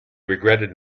regretted